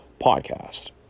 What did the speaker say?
podcast